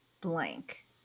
blank